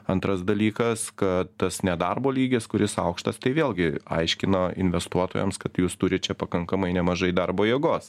antras dalykas kad tas nedarbo lygis kuris aukštas tai vėlgi aiškino investuotojams kad jūs turit čia pakankamai nemažai darbo jėgos